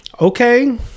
Okay